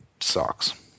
sucks